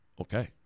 Okay